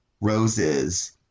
roses